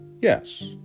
Yes